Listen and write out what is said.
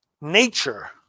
nature